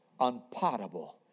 unpotable